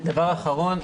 דבר אחרון,